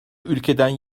ülkeden